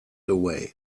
away